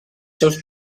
seus